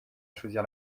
choisir